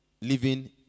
living